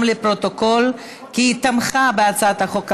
לפרוטוקול כי היא תמכה בהצעת החוק הקודמת.